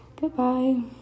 Goodbye